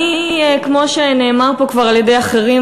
כבר על-ידי אחרים,